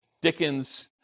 Dickens